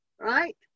right